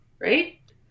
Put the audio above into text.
right